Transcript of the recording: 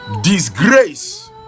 disgrace